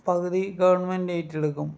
പകുതി ഗവൺമെൻറ് ഏറ്റെടുക്കും